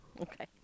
Okay